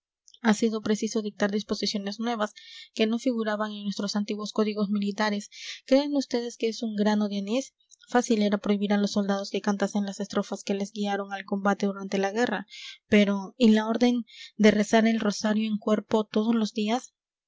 ha sido preciso dictar disposiciones nuevas que no figuraban en nuestros antiguos códigos militares creen vds que es un grano de anís fácil era prohibir a los soldados que cantasen las estrofas que les guiaron al combate durante la guerra pero y la orden de rezar el rosario en cuerpo todos los días